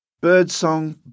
birdsong